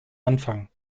anfang